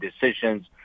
decisions